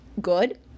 Good